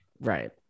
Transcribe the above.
Right